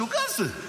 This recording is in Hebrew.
משוגע זה.